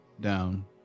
down